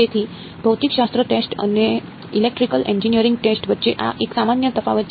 તેથી ભૌતિકશાસ્ત્ર ટેક્સ્ટ અને ઇલેક્ટ્રિકલ એન્જિનિયરિંગ ટેક્સ્ટ વચ્ચે આ એક સામાન્ય તફાવત છે